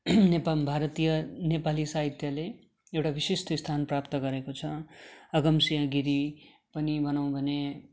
नेपम भारतीय नेपाली साहित्यले एउटा विशिष्ट स्थान प्राप्त गरेको छ अगम सिंह गिरी पनि भनौँ भने